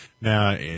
Now